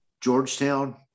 Georgetown